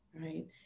Right